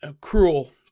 cruel